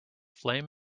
flame